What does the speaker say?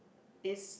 is